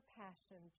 passion